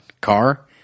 car –